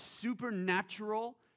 supernatural